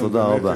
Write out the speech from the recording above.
תודה רבה.